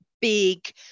big